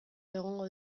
egongo